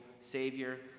Savior